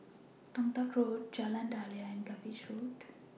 Toh Tuck Road Jalan Daliah and Cuppage Road